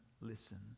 listen